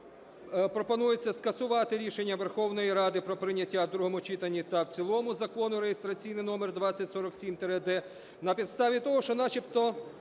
пропонується скасувати рішення Верховної Ради про прийняття в другому читанні та в цілому Закону (реєстраційний номер 2047-д) на підставі того, що начебто